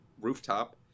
rooftop